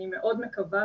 אני מאוד מקווה,